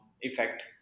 effect